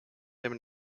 him